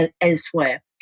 elsewhere